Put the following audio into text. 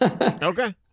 Okay